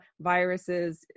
viruses